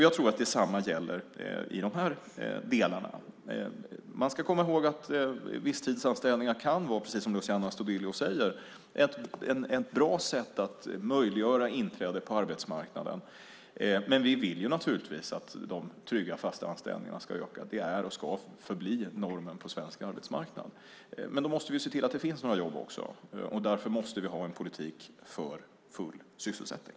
Jag tror att detsamma gäller i de här delarna. Man ska komma ihåg att visstidsanställningar precis som Luciano Astudillo säger kan vara ett bra sätt att möjliggöra inträde på arbetsmarknaden. Men vi vill naturligtvis att de trygga och fasta anställningarna ska öka. Det är och ska förbli normen på svensk arbetsmarknad. Men då måste vi se till att det finns jobb också. Därför måste vi ha en politik för full sysselsättning.